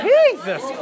Jesus